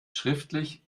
schriftlich